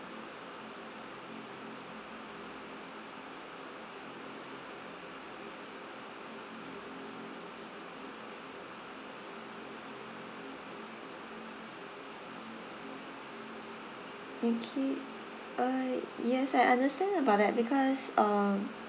okay uh yes I understand about that because uh